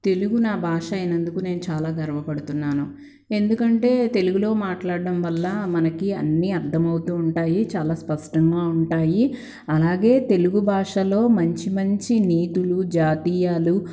తెలుగు నా భాషైనందుకు నేను చాలా గర్వపడుతున్నాను ఎందుకంటే తెలుగులో మాట్లాడ్డం వల్ల మనకి అన్నీ అర్ధమవుతూ ఉంటాయి చాలా స్పష్టంగా ఉంటాయి అలాగే తెలుగు భాషలో మంచి మంచి నీతులు జాతీయాలు